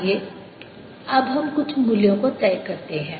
आइए अब हम कुछ मूल्यों को तय करते हैं